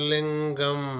Lingam